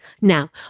Now